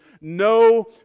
no